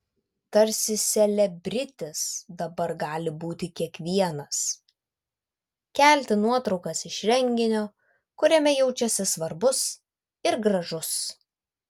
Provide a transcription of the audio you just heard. tarsi selebritis dabar gali būti kiekvienas kelti nuotraukas iš renginio kuriame jaučiasi svarbus ir gražus